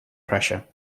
pressure